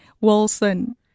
Wilson